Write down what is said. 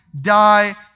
die